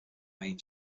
main